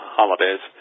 holidays